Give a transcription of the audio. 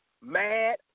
mad